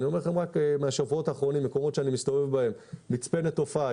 רק מהשבועות האחרונים במקומות שאני מסתובב בהם: מצפה נטופה,